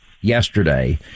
yesterday